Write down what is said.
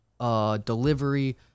Delivery